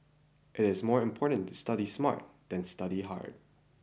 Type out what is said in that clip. it is more important to study smart than study hard